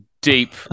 deep